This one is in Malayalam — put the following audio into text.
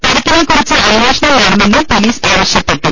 പരിക്കിനെക്കുറിച്ച് അന്വേഷണം വേണമെന്നും പൊലീസ് ആവശ്യ പ്പെട്ടു